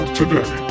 today